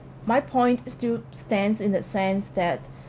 my point stoo~ stands in the sense that